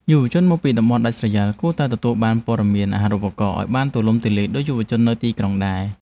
យុវជនមកពីតំបន់ដាច់ស្រយាលគួរតែទទួលបានព័ត៌មានអាហារូបករណ៍ឱ្យបានទូលំទូលាយដូចយុវជននៅទីក្រុងដែរ។